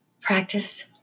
Practice